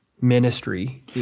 ministry